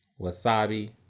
Wasabi